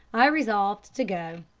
i resolved to go.